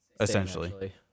essentially